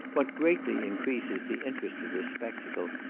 what greatly increases the interest of this spectacle,